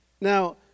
Now